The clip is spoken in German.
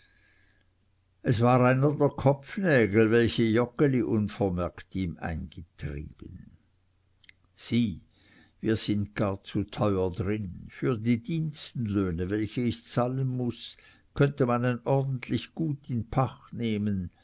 es war einer der kopfnägel welche joggeli unvermerkt ihm eingetrieben sieh wir sind gar zu teuer drin für die dienstenlöhne welche ich zahlen muß könnte man ein ordentlich gut in pacht nehmen